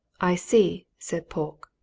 i see, said polke.